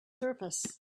surface